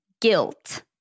guilt